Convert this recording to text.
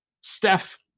Steph